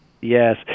Yes